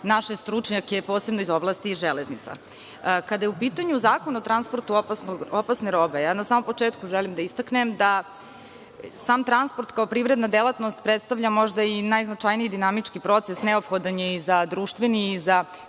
naše stručnjake, posebno iz oblasti železnica. Kada je u pitanju Zakon o transportu opasne robe, na samom početku želim da istaknem da sam transport kao privredna delatnost predstavlja možda i najznačajniji dinamički proces, neophodan i za društveni i za